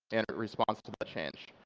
and it responds to that change.